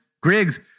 Griggs